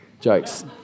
Jokes